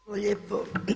Hvala lijepo.